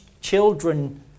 children